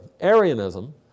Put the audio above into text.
Arianism